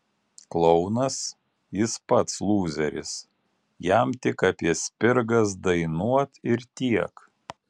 klounas jis pats lūzeris jam tik apie spirgas dainuot ir tiek